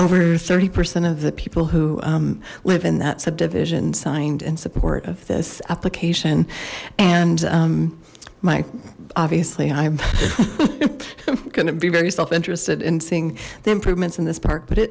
over thirty percent of the people who live in that subdivision signed in support of this application and my obviously i'm gonna be very self interested in seeing the improvements in this park but it